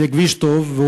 זה כביש טוב,